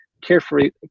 carefully